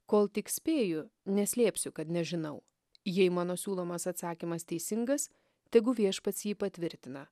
kol tik spėju neslėpsiu kad nežinau jei mano siūlomas atsakymas teisingas tegu viešpats jį patvirtina